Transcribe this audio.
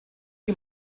die